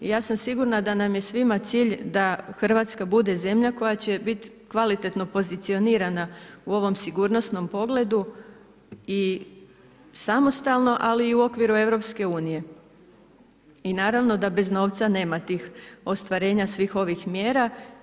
I ja sam sigurna da nam je svima cilj da Hrvatska bude zemlja koja će biti kvalitetno pozicionirana u ovom sigurnosnom pogledu i samostalno ali i u okviru EU i naravno da bez novca nema tih ostvarenja svih ovih mjera.